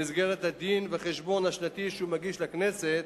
במסגרת הדין-וחשבון השנתי שהוא מגיש לכנסת,